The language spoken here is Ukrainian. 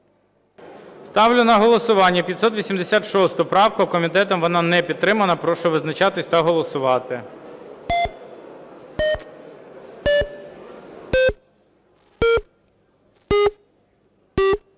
Ставлю на голосування 586 правку. Комітетом вона не підтримана. Прошу визначатись та голосувати.